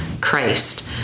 Christ